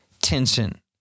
tension